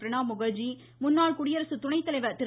பிரணாப் முகர்ஜி முன்னாள் குடியரசுத் துணை தலைவர் திரு